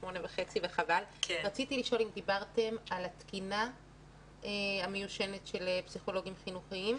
רציתי לשאול אם דיברתם על התקינה המיושנת של פסיכולוגים חינוכיים?